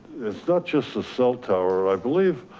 it's not just a cell tower. i believe.